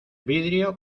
vidrio